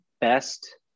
best